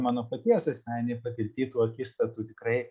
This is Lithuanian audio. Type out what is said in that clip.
mano paties asmeninėj patirty tų akistatų tikrai